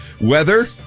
Weather